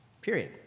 period